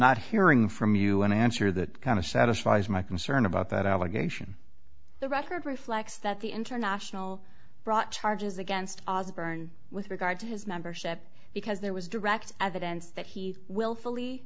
not hearing from you an answer that kind of satisfies my concern about that allegation the record reflects that the international brought charges against ozzie byrne with regard to his membership because there was direct evidence that he willfully